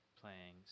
playing